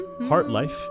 Heartlife